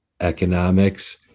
economics